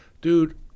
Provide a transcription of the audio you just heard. dude